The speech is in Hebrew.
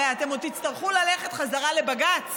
הרי אתם עוד תצטרכו ללכת חזרה לבג"ץ